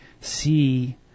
see